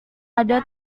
ada